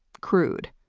crude.